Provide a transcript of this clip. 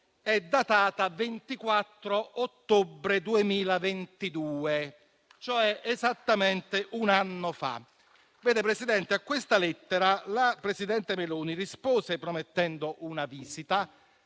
è datata 24 ottobre 2022, cioè esattamente un anno fa. Signor Presidente, a questa lettera la presidente Meloni rispose promettendo una visita,